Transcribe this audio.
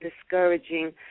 discouraging